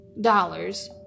dollars